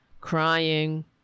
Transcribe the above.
Crying